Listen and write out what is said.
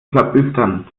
klabüstern